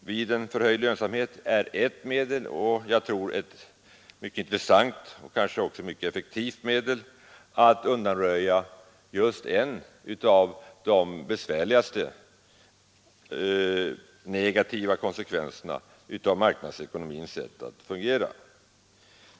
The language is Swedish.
vid en förhöjd lönsamhet är ett medel och jag tror ett mycket intressant och kanske effektivt medel att undanröja just en av de besvärligaste negativa konsekvenserna av marknadsekonomins sätt att fungera.